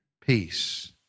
peace